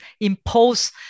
impose